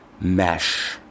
mesh